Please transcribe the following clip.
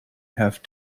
have